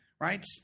right